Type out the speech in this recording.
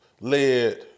led